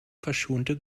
verschonte